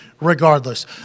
regardless